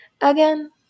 again